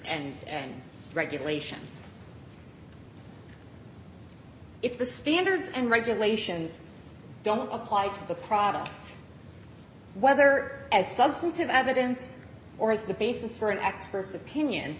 and regulations if the standards and regulations don't apply to the product whether as substantive evidence or as the basis for an expert's opinion